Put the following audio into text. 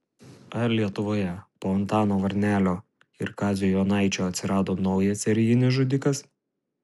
ar lietuvoje po antano varnelio ir kazio jonaičio atsirado naujas serijinis žudikas